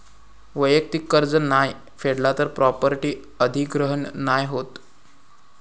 वैयक्तिक कर्ज नाय फेडला तर प्रॉपर्टी अधिग्रहण नाय होत